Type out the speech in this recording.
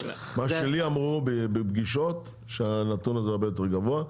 מה שלי אמרו בפגישות שהנתון הזה הרבה יותר גבוה,